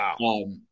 wow